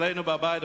אצלנו בבית,